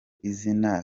izina